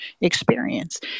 experience